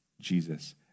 Jesus